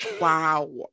Wow